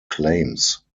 claims